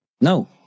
no